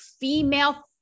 female